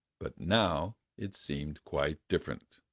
but now it seemed quite different.